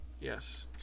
yes